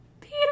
Peter